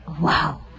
Wow